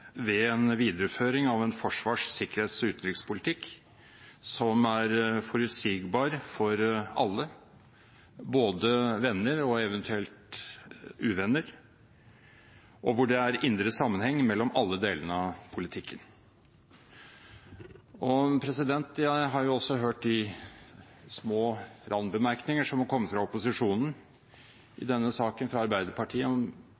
ved en videreføring av en forsvars-, sikkerhets- og utenrikspolitikk som er forutsigbar for alle, både venner og eventuelt uvenner, og hvor det er indre sammenheng mellom alle delene av politikken. Jeg har også hørt de små randbemerkninger som er kommet fra opposisjonen